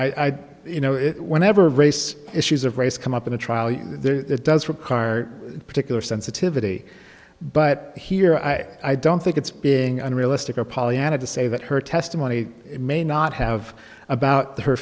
i you know it whenever race issues of race come up in a trial you know there's does for car particular sensitivity but here i i don't think it's being unrealistic or pollyanna to say that her testimony may not have about the